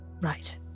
right